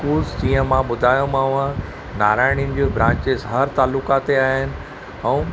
schools जीअं मां ॿुधायोमांव नारायणियुनि जूं ब्रांचेस हर तालुका ते आहिनि ऐं